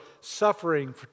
suffering